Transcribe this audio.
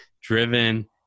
driven